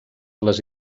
les